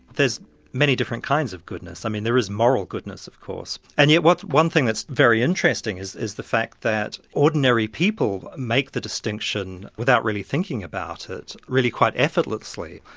there's many different kinds of goodness. i mean there is moral goodness of course. and yet what's one thing that's very interesting is is the fact that ordinary people make the distinction without really thinking about it really quite effortlessly.